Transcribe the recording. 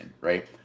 right